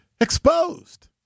exposed